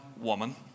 woman